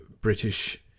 British